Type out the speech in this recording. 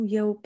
eu